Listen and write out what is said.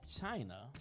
China